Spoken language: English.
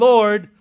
Lord